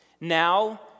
Now